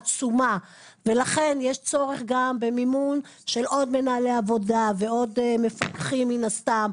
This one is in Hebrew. עצומה ולכן יש צורך גם במימון של עוד מנהלי עבודה ועוד מפקחים מן הסתם,